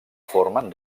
formen